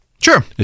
Sure